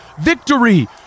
Victory